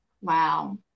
Wow